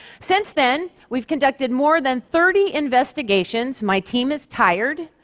since then, we've conducted more than thirty investigations. my team is tired.